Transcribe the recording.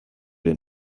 den